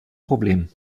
problem